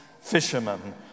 fisherman